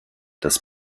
das